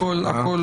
הכול